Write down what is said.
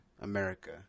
America